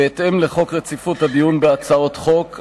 בהתאם לחוק רציפות הדיון בהצעות חוק,